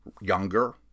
younger